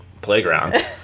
playground